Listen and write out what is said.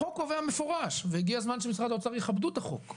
החוק קובע במפורש והגיע הזמן שמשרד האוצר יכבדו את החוק,